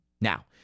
Now